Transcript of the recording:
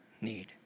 need